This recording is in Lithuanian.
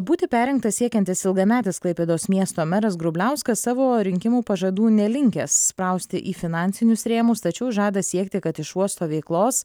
būti perrinktas siekiantis ilgametis klaipėdos miesto meras grubliauskas savo rinkimų pažadų nelinkęs sprausti į finansinius rėmus tačiau žada siekti kad iš uosto veiklos